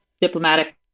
diplomatic